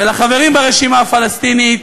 ולחברים ברשימה הפלסטינית: